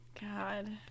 god